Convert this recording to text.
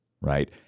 right